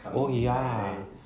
oh ya